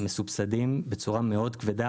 הם מסובסדים בצורה מאוד כבדה.